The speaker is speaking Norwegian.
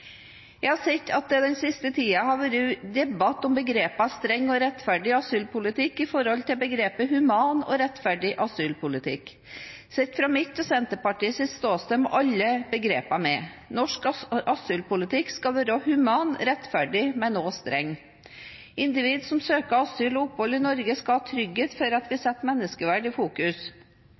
Jeg har sett at det den siste tiden har vært debatt om begrepet «streng og rettferdig asylpolitikk» i forhold til begrepet «human og rettferdig asylpolitikk». Sett fra mitt og Senterpartiets ståsted må alle begrepene med. Norsk asylpolitikk skal være human, rettferdig, men også streng. Individer som søker asyl og opphold i Norge, skal ha trygghet for at vi setter menneskeverd i fokus